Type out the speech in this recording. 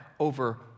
over